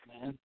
man